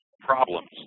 problems